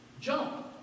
Jump